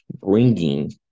bringing